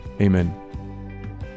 Amen